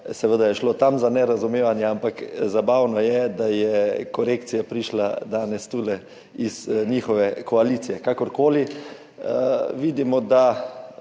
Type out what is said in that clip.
Seveda je šlo tam za nerazumevanje, ampak zabavno je, da je korekcija prišla danes tu iz njihove koalicije. Kakorkoli, vidimo, da